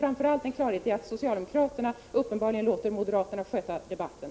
Framför allt står det klart att socialdemokraterna låter moderaterna sköta debatten.